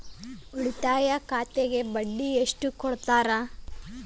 ಉಳಿತಾಯ ಖಾತೆಗೆ ಬಡ್ಡಿ ಎಷ್ಟು ಕೊಡ್ತಾರ?